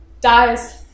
dies